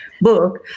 book